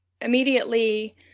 immediately